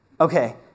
Okay